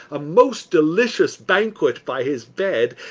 a most delicious banquet by his bed,